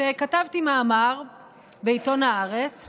כתבתי מאמר בעיתון הארץ